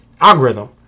algorithm